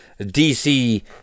DC